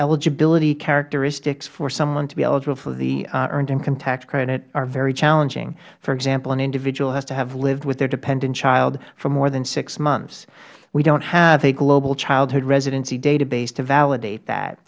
eligibility characteristics for someone to be eligible for the earned income tax credit are very challenging for example an individual has to have lived with their dependent child for more than six months we don't have a global childhood residency database to validate that